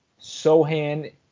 Sohan